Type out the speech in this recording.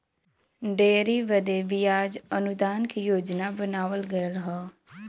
dairy बदे बियाज अनुदान के योजना बनावल गएल हौ